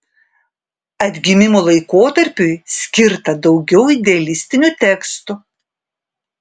atgimimo laikotarpiui skirta daugiau idealistinių tekstų